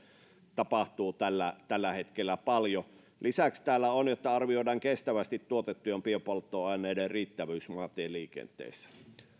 tapahtuu tällä tällä hetkellä paljon lisäksi täällä on että arvioidaan kestävästi tuotettujen biopolttoaineiden riittävyys maantieliikenteessä